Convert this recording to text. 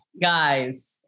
Guys